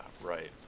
right